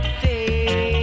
day